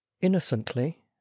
Innocently